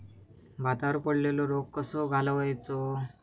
भातावर पडलेलो रोग कसो घालवायचो?